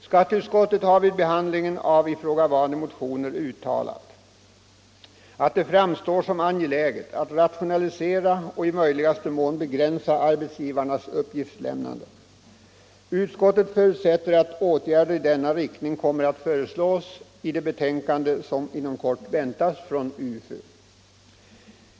Skatteutskottet har vid behandlingen av ifrågavarande motioner uttalat: ”Det framstår —-—-- som angeläget att rationalisera och i möjligaste mån begränsa arbetsgivarnas uppgiftslämnande. Utskottet förutsätter att åtgärder i denna riktning kommer att föreslås i det betänkande som inom kort väntas från UFU.